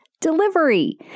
delivery